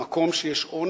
במקום שיש עוני,